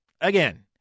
again